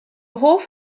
hoff